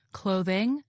clothing